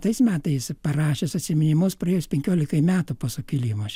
tais metais parašęs atsiminimus praėjus penkiolikai metų po sukilimo